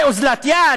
זה אוזלת יד?